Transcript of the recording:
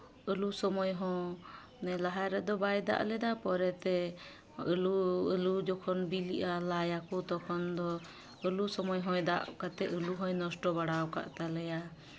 ᱟᱹᱞᱩ ᱥᱚᱢᱚᱭ ᱦᱚᱸ ᱞᱟᱦᱟ ᱨᱮᱫᱚ ᱵᱟᱭ ᱫᱟᱜ ᱞᱮᱫᱟ ᱯᱚᱨᱮᱛᱮ ᱟᱹᱞᱩ ᱟᱹᱞᱩ ᱡᱚᱠᱷᱚᱱ ᱵᱤᱞᱤᱜᱼᱟ ᱞᱟᱭ ᱟᱠᱚ ᱛᱚᱠᱷᱚᱱ ᱫᱚ ᱟᱹᱞᱩ ᱥᱚᱢᱚᱭ ᱦᱚᱸ ᱫᱟᱜ ᱠᱟᱛᱮᱫ ᱟᱹᱞᱩ ᱦᱚᱭ ᱱᱚᱥᱴᱚ ᱵᱟᱲᱟ ᱠᱟᱫ ᱛᱟᱞᱮᱭᱟ